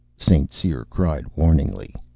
st. cyr cried warningly.